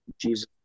Jesus